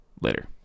later